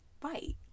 fight